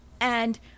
and-